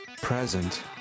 present